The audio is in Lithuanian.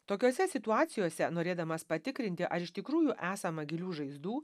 tokiose situacijose norėdamas patikrinti ar iš tikrųjų esama gilių žaizdų